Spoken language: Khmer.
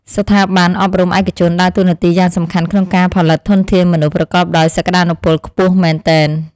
ស្ថាប័នអប់រំឯកជនដើរតួនាទីយ៉ាងសំខាន់ក្នុងការផលិតធនធានមនុស្សប្រកបដោយសក្តានុពលខ្ពស់មែនទែន។